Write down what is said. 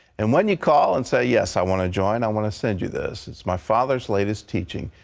and when you call and say, yes, i want to join, i want to send you this. it is my father's latest teaching.